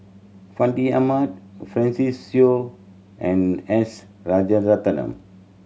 Fandi Ahmad Francis Seow and S Rajaratnam